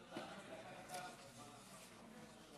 שלוש דקות, אדוני.